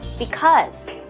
because,